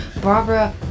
Barbara